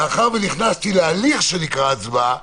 מאחר ונכנסתי להליך שנקרא הצבעה,